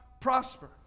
prosper